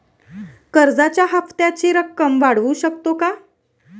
कर्जाच्या हप्त्याची रक्कम वाढवू शकतो का?